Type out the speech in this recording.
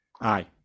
Aye